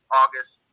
august